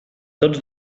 tots